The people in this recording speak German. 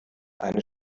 eine